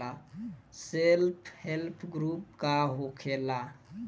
Self help group का होखेला?